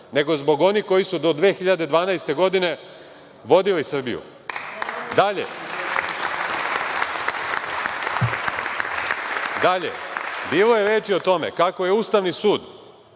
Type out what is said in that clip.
nego zbog onih koji su do 2012. godine vodili Srbiju. Dalje, bilo je reči o tome kako je Ustavni sud